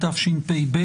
התשפ"ב